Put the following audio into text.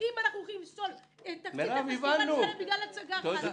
אם אנחנו הולכים לפסול את תקציב פסטיבל ישראל בגלל מדינה אחת,